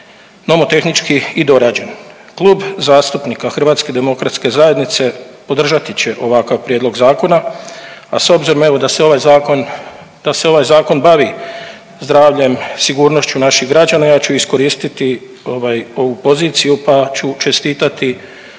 nomotehnički i dorađen. Klub zastupnika HDZ-a podržati će ovakav prijedlog zakona, a s obzirom evo da se ovaj zakon bavi zdravljem sigurnošću naših građana ja ću iskoristiti ovu poziciju pa ću čestitati